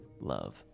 love